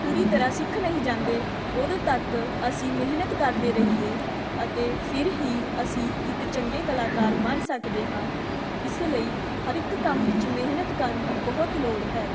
ਪੂਰੀ ਤਰ੍ਹਾਂ ਸਿੱਖ ਨਹੀਂ ਜਾਂਦੇ ਉਦੋਂ ਤੱਕ ਅਸੀਂ ਮਿਹਨਤ ਕਰਦੇ ਰਹੀਏ ਅਤੇ ਫਿਰ ਹੀ ਅਸੀਂ ਇੱਕ ਚੰਗੇ ਕਲਾਕਾਰ ਬਣ ਸਕਦੇ ਹਾਂ ਇਸ ਲਈ ਹਰ ਇੱਕ ਕੰਮ ਵਿੱਚ ਮਿਹਨਤ ਕਰਨ ਦੀ ਬਹੁਤ ਲੋੜ ਹੈ